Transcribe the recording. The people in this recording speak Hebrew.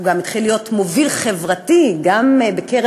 הוא התחיל להיות מוביל חברתי גם בקרב